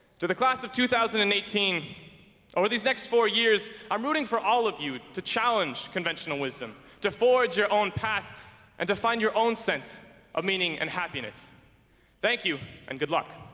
to the class of two thousand and eighteen over these next four years i'm rooting for all of you to challenge conventional wisdom to forge your own path and to find your own sense of meaning and happiness thank you and good luck